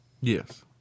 Yes